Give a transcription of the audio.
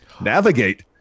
navigate